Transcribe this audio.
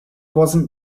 wasn’t